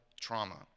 trauma